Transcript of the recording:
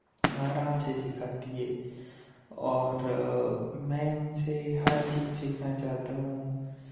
आराम से सिखाती है और मैं उनसे हर चीज़ सीखना चाहता हूँ